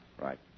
Right